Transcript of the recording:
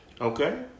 Okay